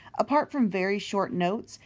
apart from very short notes,